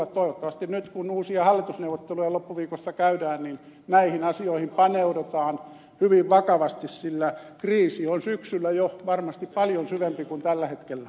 toivottavasti nyt kun uusia hallitusneuvotteluja loppuviikosta käydään näihin asioihin paneudutaan hyvin vakavasti sillä kriisi on syksyllä varmasti jo paljon syvempi kuin tällä hetkellä